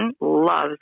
loves